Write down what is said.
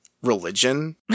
religion